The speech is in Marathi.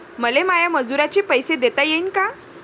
मले माया मजुराचे पैसे देता येईन का?